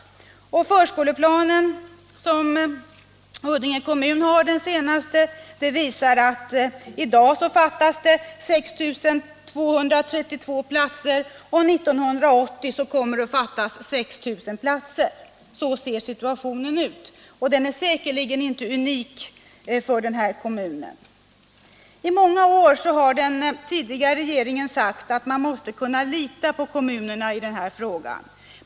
Och den senaste förskoleplan som Huddinge kommun Om utbyggnaden av lagt fram visar att det i dag fattas 6 232 platser, och 1980 kommer det - barnomsorgen att fattas 6 000 platser. Så ser situationen ut — och den är säkerligen inte unik för den här kommunen! I många år har den tidigare regeringen sagt att man måste kunna lita på kommunerna i denna fråga.